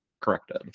Corrected